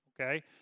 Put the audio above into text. okay